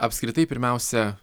apskritai pirmiausia